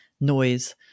noise